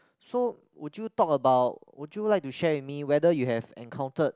so would you talk about would you like to share with me whether you have encountered